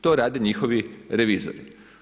To rade njihovi revizori.